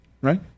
right